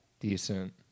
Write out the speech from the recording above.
decent